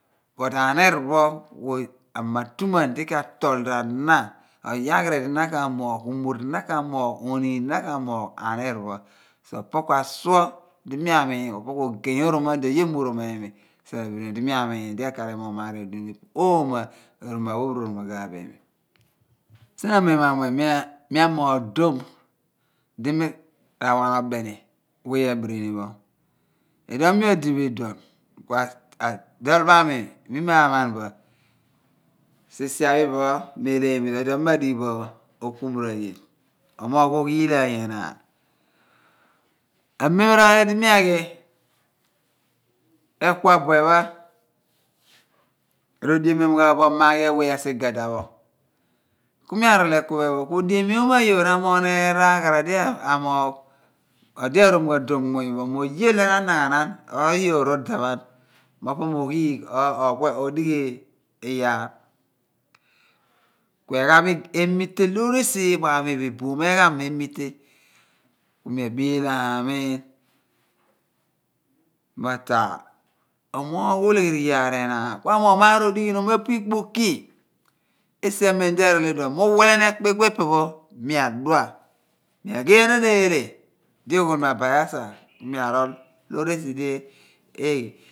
Ku olọ aniir pho ku a matumaan di katurl r'ana, a matuman di na ka/moogh, umor di na ka/moogh, oni in di na ka moogh aniir pho. Opho ka suur di na ka/moogh di mi a miin opo ogey oromadi oye u'romaimi di mi a'miin mo emooghni iyaar odighinhom. Oomo oroma pho a/wẹ ruromaaghaabo imi. Sien a memo amuen miamoogh dom di mi ra wa o beni a wẹ a birinipho. Iduon miodibiduon, sisia pho mi ma man bọ mi ma dighi bo okumoroye oomoogh oghiilaany enaan. Amem iroli di mi aghi eku abuen pho ro maaghi ghaa bo wẹ odiemiom asigadapho mi rool bọ ekpuphe phẹn pho ku odiemion mo oyoor a moogh ni eghara di odị a moogh. Di odị arhoom gham muuny pho mo oye di ranaghanaan aniani iyoor rudaaph ghan pho oghiigh obo-obo odighi iyaar. Egham emitee, loor esi iyaar phe phen pho eboom egham emitee, ku mi agbiilha amiin. Mo omolgh oleghiniyaar enaan kuanighe a pu ikpoki. Ku esi iduon pho, mi uwhileni ekpuphe pe pho miadigh elha di oghol mo abayalso miarool tu tu ephọ.